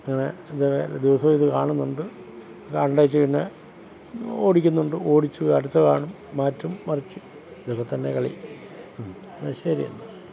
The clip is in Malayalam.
അങ്ങനെ ഇത് ദിവസവും ഇത് കാണുന്നുണ്ട് കണ്ടേച്ച് പിന്നെ ഓടിക്കുന്നുണ്ട് ഓടിച്ച് അടുത്ത കാണും മാറ്റും മറിച്ച് ഇതൊക്കെ തന്നെ കളി എന്നാൽ ശരി എന്നാൽ